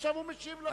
עכשיו הוא משיב לכם.